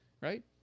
Right